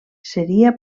seria